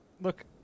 look